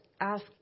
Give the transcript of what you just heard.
ask